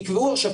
תקבעו עכשיו,